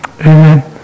amen